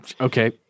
okay